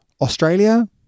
Australia